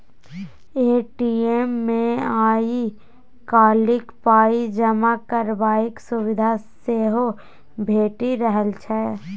ATM मे आइ काल्हि पाइ जमा करबाक सुविधा सेहो भेटि रहल छै